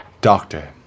Doctor